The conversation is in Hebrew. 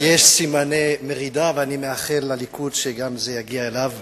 יש סימני מרידה ואני מאחל לליכוד שגם זה יגיע אליו בקרוב.